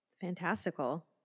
fantastical